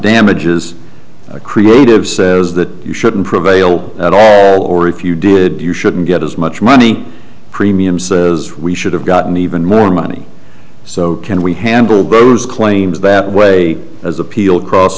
damages creative says that you shouldn't prevail at all or if you did you shouldn't get as much money premium says we should have gotten even more money so can we handle those claims that way as appeal across